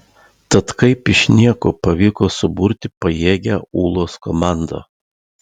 tad kaip iš nieko pavyko suburti pajėgią ūlos komandą